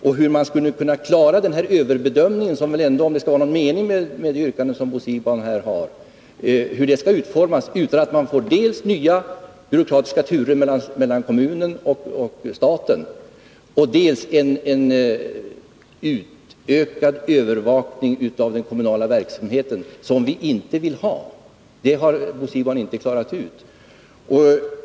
Och hur den överprövning som det väl ändå blir fråga om — om det skall vara någon mening med det yrkande som Bo Siegbahn för fram — skall utformas utan att man får dels nya byråkratiska turer mellan kommunen och staten, dels en utökad övervakning av den kommunala verksamheten, vilket vi inte vill ha, det har Bo Siegbahn inte klarat ut.